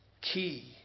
key